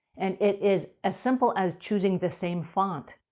and it is as simple as choosing the same font,